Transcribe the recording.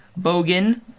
Bogan